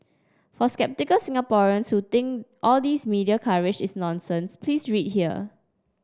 for sceptical Singaporeans who think all these media coverage is nonsense please read here